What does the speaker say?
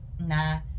nah